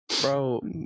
bro